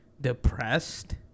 depressed